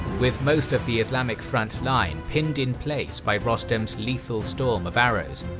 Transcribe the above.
with most of the islamic front line pinned in place by rostam's lethal storm of arrows,